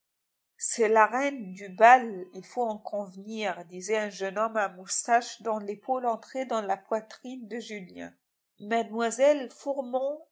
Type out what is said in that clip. c'est la reine du bal il faut en convenir disait un jeune homme à moustaches dont l'épaule entrait dans la poitrine de julien mlle fourmont